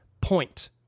point